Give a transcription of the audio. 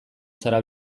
zara